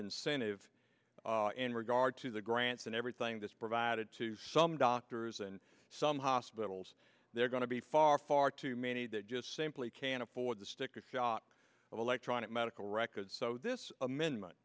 incentive in regard to the grants and everything that's provided to some doctors and some hospitals they're going to be far far too many that just simply can't afford the sticker shock of electronic medical records so this amendment